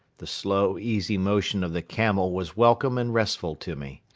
the slow, easy motion of the camel was welcome and restful to me.